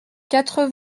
quatre